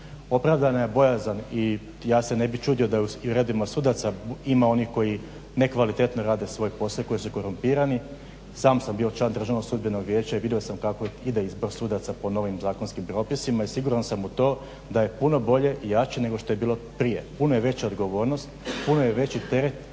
Opravdana je bojazan i ja se ne bih čudio da i u redovima sudaca ima onih koji nekvalitetno rade svoj posao i koji su korumpirani. Sam sam bio član Državnog sudbenog vijeća i vidio sam kako ide izbor sudaca po novim zakonskim propisima i siguran sam u to da je puno bolje i jače nego što je bilo prije. Puno je veća odgovornost, puno je veći teret